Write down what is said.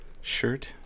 shirt